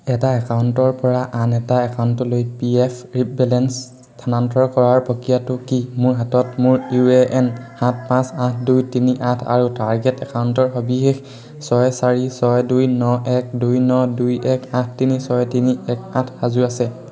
এটা একাউণ্টৰপৰা আন এটা একাউণ্টলৈ পি এফ বেলেন্স স্থানান্তৰ কৰাৰ প্ৰক্ৰিয়াটো কি মোৰ হাতত মোৰ ইউ এ এন সাত পাঁচ আঠ দুই তিনি আঠ আৰু টাৰ্গেট একাউণ্টৰ সবিশেষ ছয় চাৰি ছয় দুই ন এক দুই ন দুই এক আঠ তিনি ছয় তিনি এক আঠ সাজু আছে